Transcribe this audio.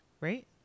Right